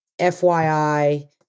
FYI